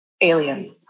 alien